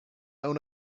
own